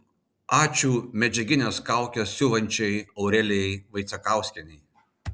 ačiū medžiagines kaukes siuvančiai aurelijai vaicekauskienei